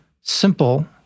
simple